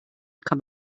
kann